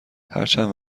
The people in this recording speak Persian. هرچند